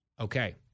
Okay